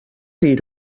dir